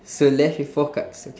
so left with four cards okay